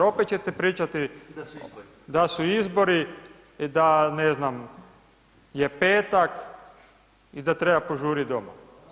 Opet ćete pričati da su izbori, da ne znam, je petak i da treba požurit doma.